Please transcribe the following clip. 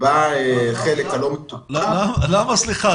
הלא יהודים בחלק הלא מתוקשב --- למה סליחה?